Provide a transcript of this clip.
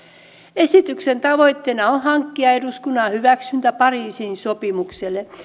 esityksen tavoitteena on hankkia eduskunnan hyväksyntä pariisin sopimukselle